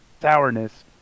sourness